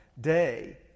day